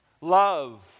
love